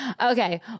okay